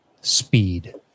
speed